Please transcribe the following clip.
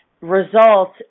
results